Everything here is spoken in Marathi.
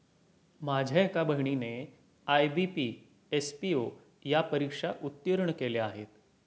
माझ्या एका बहिणीने आय.बी.पी, एस.पी.ओ या परीक्षा उत्तीर्ण केल्या आहेत